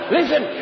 Listen